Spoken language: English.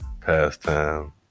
pastime